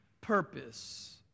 purpose